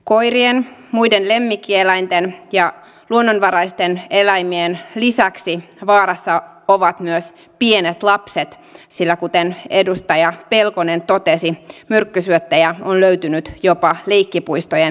koirien muiden lemmikkieläinten ja luonnonvaraisten eläimien lisäksi vaarassa ovat myös pienet lapset sillä kuten edustaja pelkonen totesi myrkkysyöttejä on löytynyt jopa leikkipuistojen läheisyydessä